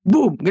Boom